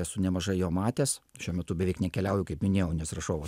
esu nemažai jo matęs šiuo metu beveik nekeliauju kaip minėjau nes rašau